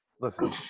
Listen